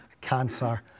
cancer